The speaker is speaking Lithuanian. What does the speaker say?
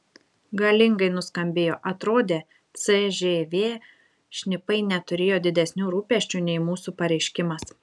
galingai nuskambėjo atrodė cžv šnipai neturėjo didesnių rūpesčių nei mūsų pareiškimas